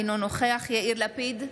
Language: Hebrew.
אינו נוכח יאיר לפיד,